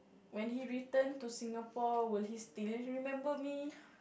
when he returned to Singapore will he still remember me